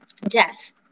Death